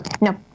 No